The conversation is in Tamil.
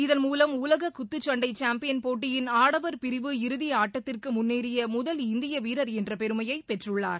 இதன் மூலம் உலக குத்துச்சண்டை சாம்பியன் போட்டியின் ஆடவர் பிரிவு இறுதி ஆட்டத்திற்கு முன்னேறிய முதல் இந்திய வீரர் என்ற பெருமையை பெற்றுள்ளார்